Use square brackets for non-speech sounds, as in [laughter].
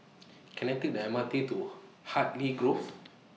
[noise] Can I Take The M R T to Hartley Grove